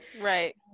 Right